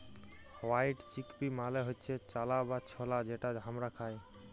white chickpea মালে হচ্যে চালা বা ছলা যেটা হামরা খাই